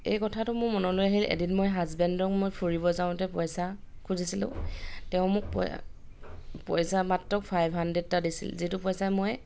এই কথাটো মোৰ মনলৈ আহিল এদিন মই হাজবেণ্ডক মই ফুৰিব যাওঁতে পইচা খুজিছিলোঁ তেওঁ মোক পই পইচা মাত্ৰ ফাইভ হাণ্ড্ৰেড এটা দিছিল যিটো পইচা মই